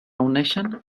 reuneixen